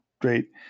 great